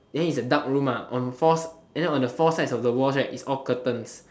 then it's a dark room ah on fours and then on the four sides of the wall right it's all curtains